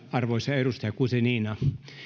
arvoisa edustaja guzenina